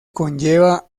conlleva